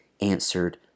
answered